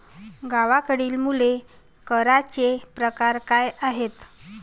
गावाकडली मुले करांचे प्रकार काय आहेत?